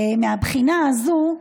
מהבחינה הזו,